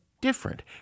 different